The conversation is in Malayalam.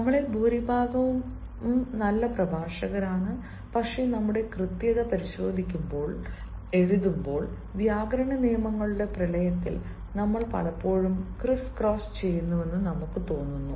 നമ്മളിൽ ഭൂരിഭാഗവും നല്ല പ്രഭാഷകരാണ് പക്ഷേ നമ്മുടെ കൃത്യത പരിശോധിക്കുമ്പോൾ എഴുതുമ്പോൾ വ്യാകരണ നിയമങ്ങളുടെ പ്രളയത്തിൽ നമ്മൾ പലപ്പോഴും ക്രിസ്ക്രോസ് ചെയ്യുന്നുവെന്ന് നമ്മൾക്ക് തോന്നുന്നു